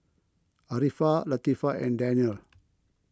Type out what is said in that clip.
Arifa Latifa and Daniel